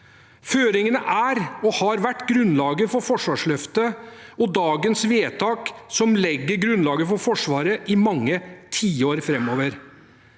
Føringene er og har vært grunnlaget for Forsvarsløftet og dagens vedtak, som legger grunnlaget for Forsvaret i mange tiår framover.